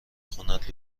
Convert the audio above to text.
خونت